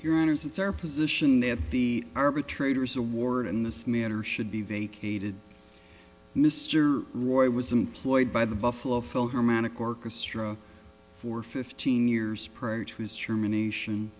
your honors it's our position that the arbitrators award in this manner should be vacated mr roy was employed by the buffalo philharmonic orchestra for fifteen years prior to his germination